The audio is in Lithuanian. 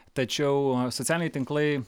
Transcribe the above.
tačiau socialiniai tinklai